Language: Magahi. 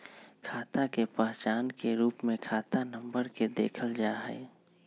खाता के पहचान के रूप में खाता नम्बर के देखल जा हई